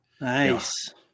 Nice